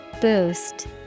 Boost